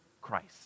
Christ